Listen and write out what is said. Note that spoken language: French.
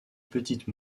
petites